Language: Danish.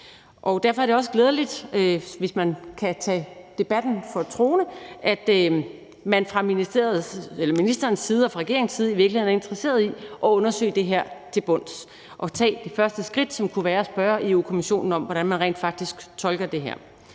Derfor er det også glædeligt, hvis debatten står til troende, at man fra ministerens side og fra regeringens side i virkeligheden er interesserede i at undersøge det her til bunds og tage de første skridt, som kunne være at spørge Europa-Kommissionen om, hvordan man rent faktisk tolker det her.